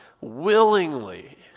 Willingly